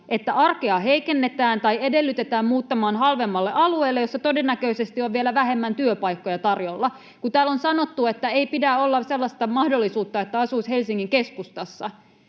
että arkea heikennetään tai edellytetään muuttamista halvemmalle alueelle, jossa todennäköisesti on vielä vähemmän työpaikkoja tarjolla. Kun täällä on sanottu, että ei pidä olla sellaista mahdollisuutta, että asuisi Helsingin keskustassa,